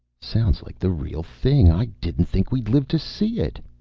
sounds like the real thing. i didn't think we'd live to see it.